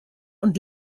und